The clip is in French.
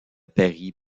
paris